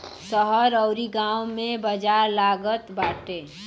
शहर अउरी गांव में बाजार लागत बाटे